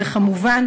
וכמובן,